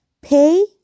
pay